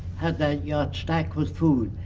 had their yachts stacked with food.